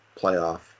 playoff